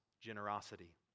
generosity